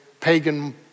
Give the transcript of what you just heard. pagan